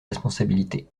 responsabilité